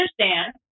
understand